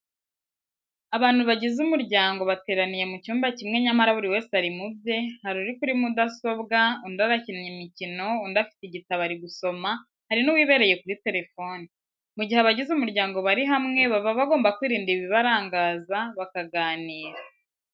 Abantu bagize umuryango bateraniye mu cyumba kimwe nyamara buri wese ari mu bye, hari uri kuri mudasobwa, undi arakina imikino, undi afite igitabo ari gusoma, hari n'uwibereye kuri telefoni. Mu gihe abagize umuryango bari hamwe baba bagomba kwirinda ibibarangaza bakaganira.